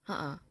!huh! uh